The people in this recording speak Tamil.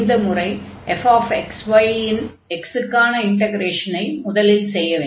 இந்த முறை fxy இன் x க்கான இன்டக்ரேஷனை முதலில் செய்ய வேண்டும்